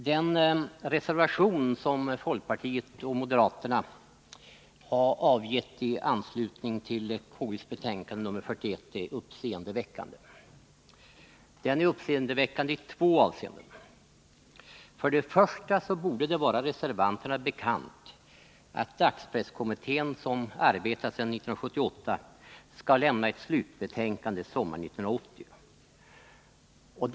Herr talman! Den reservation som folkpartiet och moderaterna har avgett i anslutning till konstitutionsutskottets betänkande nr 41 är uppseendeväckande. Den är uppseendeväckande i två avseenden. För det första borde det vara reservanterna bekant att dagspresskommittén, som arbetat sedan 1978, skall lämna sitt slutbetänkande sommaren 1980.